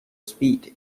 speed